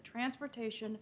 transportation